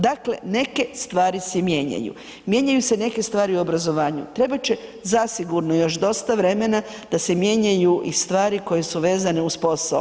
Dakle, neke stvari se mijenjaju, mijenjaju se neke stvari i u obrazovanju, trebat će zasigurno još dosta vremena da se mijenjaju i stvari koje su vezane uz posao.